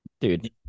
dude